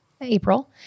April